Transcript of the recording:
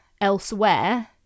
elsewhere